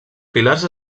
pilars